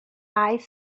eyes